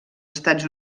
estats